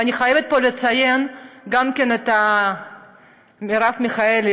אני חייבת לציין פה גם את מרב מיכאלי,